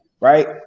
right